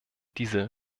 diese